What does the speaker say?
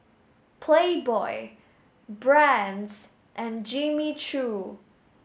Playboy Brand's and Jimmy Choo